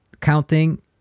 counting